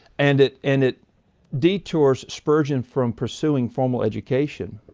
and it and it detours spurgeon from pursuing formal education.